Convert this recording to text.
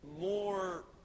more